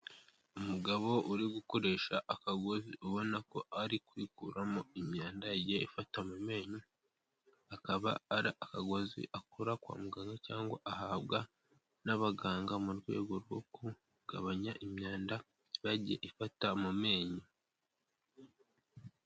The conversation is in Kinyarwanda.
Umugabo uri gukoresha akagozi ubona ko ari kwikuramo imyanda yagiye ifata mu menyo, akaba ari akagozi akura kwa muganga cyangwa ahabwa n'abaganga mu rwego rwo kugabanya imyanda iba yagiye ifata mu menyo.